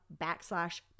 backslash